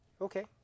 Okay